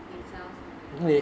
they sell so many things